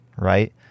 right